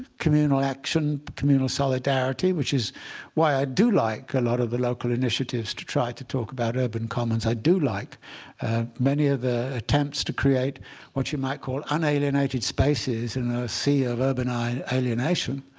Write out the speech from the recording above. communal action, communal solidarity, which is why i do like a lot of the local initiatives to try to talk about urban commons. i do like many of the attempts to create what you might call unalienated spaces in a sea of urban alienation.